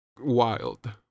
wild